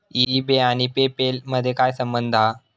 E बे आणि PayPal मधे काय संबंध हा?